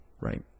right